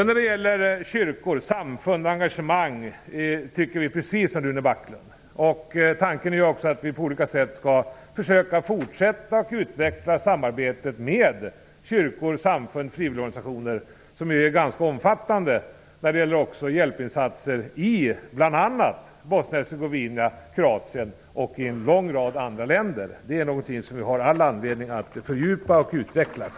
När det gäller kyrkor, samfund och engagemang tycker vi precis som Rune Backlund. Tanken är också att vi på olika sätt skall försöka fortsätta att utveckla samarbetet med kyrkor, samfund och frivilligorganisationer, som är ganska omfattande. Det gäller också hjälpinsatser i Bosnien-Hercegovina, Kroatien och en lång rad andra länder. Det är någonting som vi självfallet har all anledning att fördjupa och utveckla.